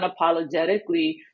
unapologetically